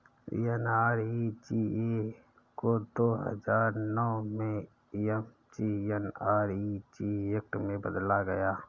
NREGA को दो हजार नौ में एम.जी.एन.आर.इ.जी एक्ट में बदला गया